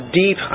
deep